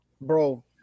Bro